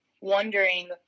wondering